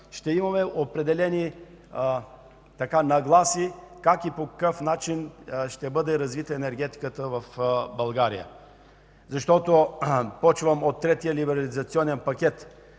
ще имаме нагласи как и по какъв начин ще бъде развита енергетиката в България. Започвам от Третия енергиен либерализационен пакет.